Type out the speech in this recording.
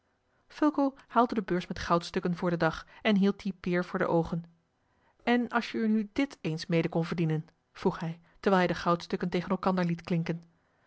fulco haalde de beurs met goudstukken voor den dag en hield die peer voor de oogen en als je er nu dit eens mede kon verdienen vroeg hij terwijl hij de goudstukken tegen elkander liet klinken